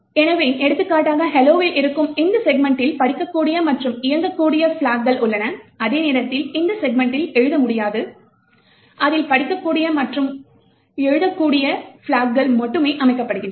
எனவே எடுத்துக்காட்டாக hello வில் இருக்கும் இந்த செக்மென்டில் படிக்கக்கூடிய மற்றும் இயக்கக்கூடிய பிளக்கள் உள்ளன அதே நேரத்தில் இந்த செக்மென்ட்டில் எழுத முடியாது அதில் படிக்கூடிய மற்றும் எழு கூடிய பிளக்கள் கள் மட்டுமே அமைக்கப்பட்டிருக்கும்